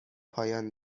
پایان